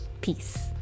peace